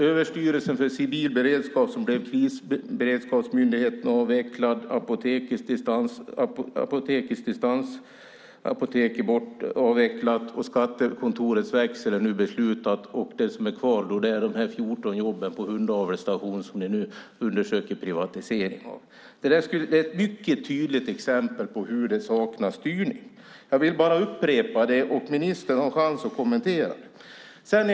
Överstyrelsen för civil beredskap som blev Krisberedskapsmyndigheten är avvecklad. Apotekets distansapotek är avvecklat. Skattekontorets växel är det nu beslutat om. Det som är kvar är de 14 jobben på hundavelsstationen som ni nu undersöker privatisering av. Det är ett mycket tydligt exempel på hur det saknas styrning. Jag vill bara upprepa det, och ministern har chans att kommentera det.